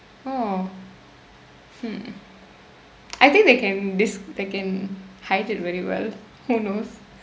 oh hmm I think they can dis~ they can hide it very well who knows